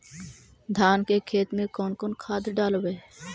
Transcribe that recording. धान के खेत में कौन खाद डालबै?